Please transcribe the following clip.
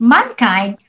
Mankind